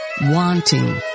wanting